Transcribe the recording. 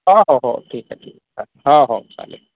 हो हो हो ठीक आहे ठीक आहे चा हो हो चालेल